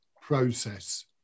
process